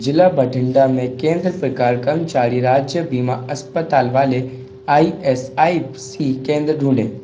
जिला भटिंडा में केंद्र प्रकार कर्मचारी राज्य बीमा अस्पताल वाले आई एस आई सी केंद्र ढूँढें